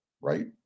Right